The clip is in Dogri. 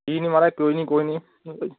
की निं माराज कोई निं कोई निं तुस